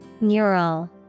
Neural